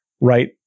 Right